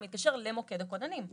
הוא מתקשר למוקד הכוננים.